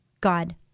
God